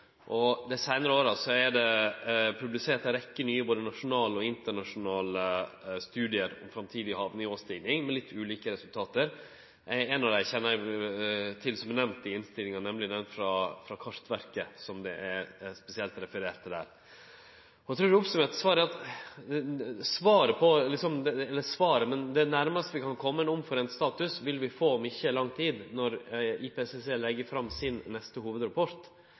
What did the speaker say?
at dei gjeldande tala er baserte på ein rapport som Bjerknessenteret fekk utarbeidd i 2009. Dei seinara åra er det publisert ei rekkje nye, både nasjonale og internasjonale, studiar om framtidig havnivåstiging, med litt ulike resultat. Eg kjenner til ein av dei – den frå Kartverket – som det spesielt er referert til i innstillinga. Eg trur det nærmaste vi kan kome ein status som alle er einige om, vil vi få om ikkje lang tid, når IPCC legg fram sin neste hovudrapport,